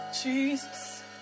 Jesus